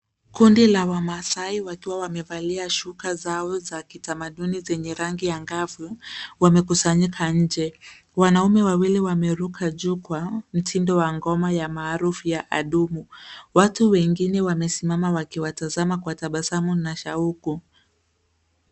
Kundi la wamaasai wakiwa wamevalia shuka zao za kitamaduni zenye rangi angavu, wamekusanyika nje. Wanaume wawili wameruka juu kwa mtindo wa ngoma ya maarufu ya adumu. Watu wengine wamesimama wakiwatazama kwa tabasamu na shauku.